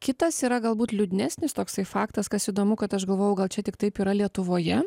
kitas yra galbūt liūdnesnis toksai faktas kas įdomu kad aš galvojau gal čia tik taip yra lietuvoje